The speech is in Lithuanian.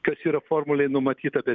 kas yra formulėj numatyta kad